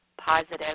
positive